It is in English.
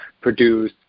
produce